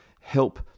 help